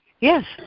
Yes